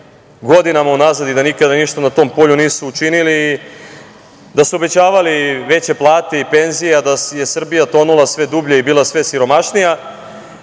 godinama unazad i da nikada ništa na tom polju nisu učinili, da su obećavali veće plate i penzije, a da je Srbija tonula sve dublje i bila sve siromašnija.